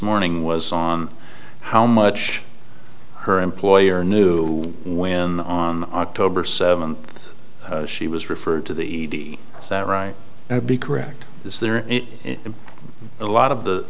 morning was on how much her employer knew when on october seventh she was referred to the sat right now to be correct is there a lot of the